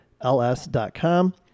ls.com